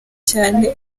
cyane